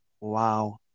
wow